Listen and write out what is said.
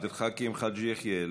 עבד אל חכים חאג' יחיא,